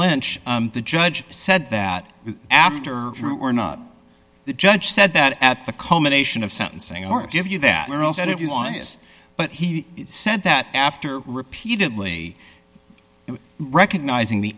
lynch the judge said that after true or not the judge said that at the culmination of sentencing or give you that all said it was but he said that after repeatedly recognizing the